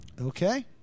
Okay